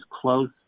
close